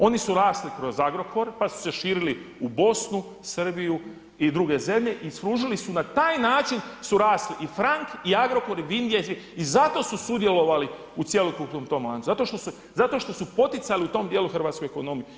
Oni su rasli kroz Agrokor, pa su se širili u Bosnu, Srbiju i druge zemlje i služili su na taj način su rasli i Frank i Agrokor i Vindija i svi i zato su sudjelovali u cjelokupnom tom lancu, zato što su poticali u tom dijelu hrvatsku ekonomiju.